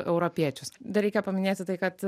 europiečius dar reikia paminėti tai kad